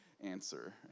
answer